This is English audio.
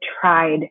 tried